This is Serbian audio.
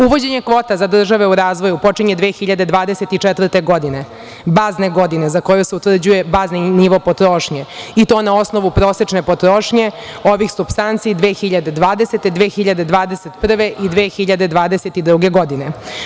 Uvođenje kvota za države u razvoju počinje 2024. godine, bazne godine za koju se utvrđuje bazni nivo potrošnje i to na osnovu prosečne potrošnje ovih supstanci 2020, 2021. i 2022. godine.